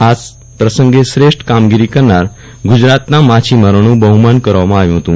આ પ્રસંગે શ્રેષ્ઠ કામગીરી કરનાર ગુજરાતના માછીમારોનું બહુમાન કરવામાં આવ્યું હતું